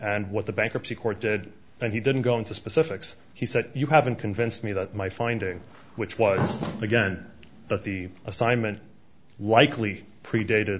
and what the bankruptcy court did and he didn't go into specifics he said you haven't convinced me that my finding which was again that the assignment likely predat